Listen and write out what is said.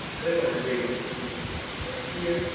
click on the labels and here,